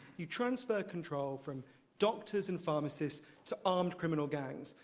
you transfer control from doctors and pharmacists to armed criminal gangs.